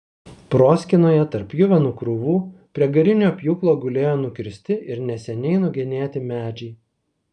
proskynoje tarp pjuvenų krūvų prie garinio pjūklo gulėjo nukirsti ir neseniai nugenėti medžiai